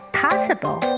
possible